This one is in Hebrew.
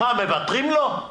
מה, מוותרים לו?